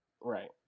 right